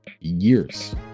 Years